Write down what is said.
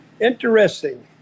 Interesting